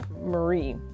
Marie